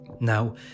Now